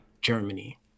Germany